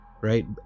right